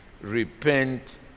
repent